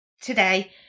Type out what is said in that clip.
today